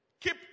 Keep